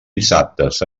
dissabtes